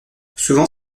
souvent